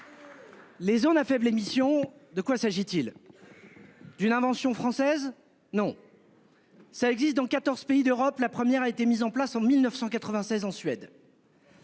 Les zones à faibles émissions de quoi s'agit-il. D'une invention française non. Ça existe dans 14 pays d'Europe. La première a été mis en place en 1996 en Suède.